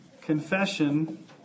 confession